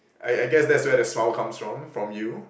I I guess that's where the smile comes from from you